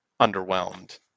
underwhelmed